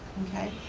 okay.